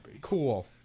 Cool